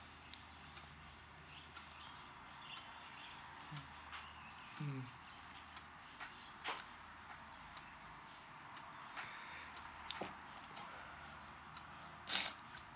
hmm mm